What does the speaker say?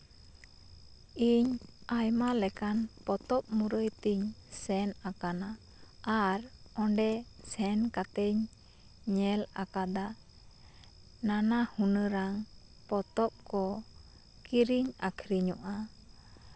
ᱤᱧ ᱟᱭᱢᱟ ᱞᱮᱠᱟᱱ ᱯᱚᱛᱚᱵ ᱢᱩᱨᱟᱹᱭ ᱛᱤᱧ ᱥᱮᱱ ᱟᱠᱟᱱᱟ ᱟᱨ ᱚᱸᱰᱮ ᱥᱮᱱ ᱠᱟᱛᱮᱧ ᱧᱮᱞ ᱟᱠᱟᱫᱟ ᱱᱟᱱᱟ ᱦᱩᱱᱟᱹᱨᱟᱝ ᱯᱚᱛᱚᱵ ᱠᱚ ᱠᱤᱨᱤᱧ ᱟᱠᱷᱨᱤᱧᱚᱜᱼᱟ